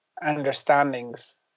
understandings